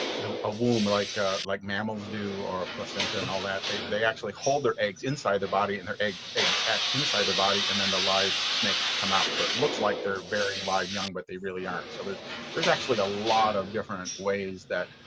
the ah womb like ah like mammals do or placenta at and all. they they actually hold their eggs inside the body and their egg eggs hatch inside the body and then the live snakes come out. so it looks like they're bearing live young, but they really aren't. so there's there's actually a lot of different ways that